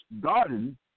garden